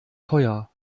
teuer